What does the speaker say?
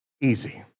easy